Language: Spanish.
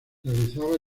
realizaba